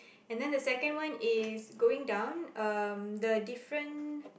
and then the second one is going down um the different